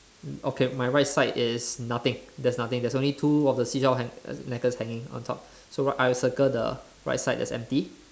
okay my right side is nothing there's nothing there's only two of the seashell necklace hanging on top so I circle the right side that is empty